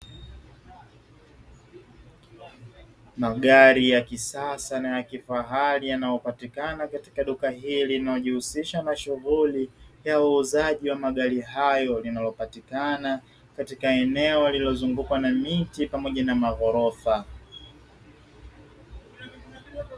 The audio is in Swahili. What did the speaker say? Magari ya kisasa na ya kifahari yanayopatikana katika duka hili linalojihusisha na shughuli ya uuzaji wa magari hayo, linalopatikana katika eneo lililozungukwa na miti pamoja na maghorofa.